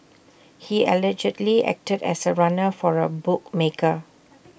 he allegedly acted as A runner for A bookmaker